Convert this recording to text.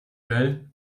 geil